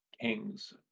kings